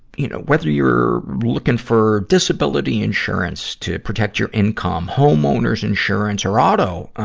you know, whether you're looking for disability insurance to protect your income, homeowner's insurance or auto, ah,